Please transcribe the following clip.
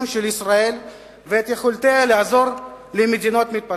של ישראל ואת יכולותיה לעזור למדינות מתפתחות.